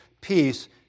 peace